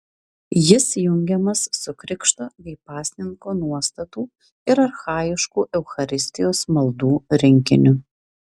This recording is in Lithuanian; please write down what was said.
jis jungiamas su krikšto bei pasninko nuostatų ir archajiškų eucharistijos maldų rinkiniu